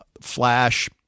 flash